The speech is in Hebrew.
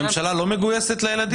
אז הממשלה לא מגויסת לילדים?